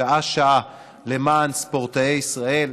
שעה-שעה למען ספורטאי ישראל,